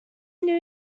new